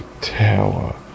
tower